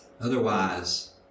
Otherwise